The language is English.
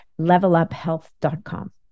leveluphealth.com